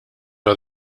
are